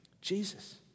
Jesus